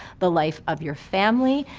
the life of your family,